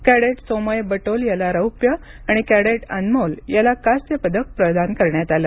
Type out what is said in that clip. cadet Somay Batol याला रौप्य आणि कॅडेट अनमोल याला कांस्य पदक प्रदान करण्यात आलं